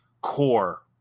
core